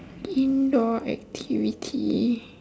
indoor activity